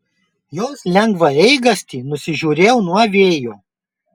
jos lengvą eigastį nusižiūrėjau nuo vėjo